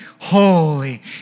holy